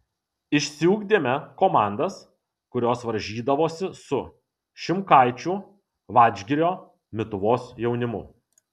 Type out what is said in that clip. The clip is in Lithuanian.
išsiugdėme komandas kurios varžydavosi su šimkaičių vadžgirio mituvos jaunimu